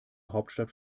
hauptstadt